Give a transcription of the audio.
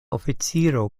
oficiro